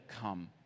come